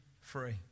free